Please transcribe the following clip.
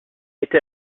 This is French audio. été